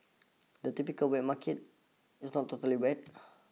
a typical wet market is not totally wet